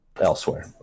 elsewhere